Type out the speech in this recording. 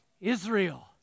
Israel